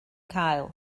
cael